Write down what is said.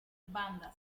banda